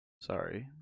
Sorry